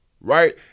right